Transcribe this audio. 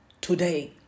today